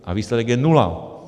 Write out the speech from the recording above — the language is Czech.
A výsledek je nula.